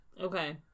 Okay